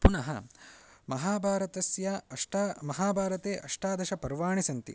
पुनः महाभारतस्य अष्ट महाभारते अष्टादश पर्वाणि सन्ति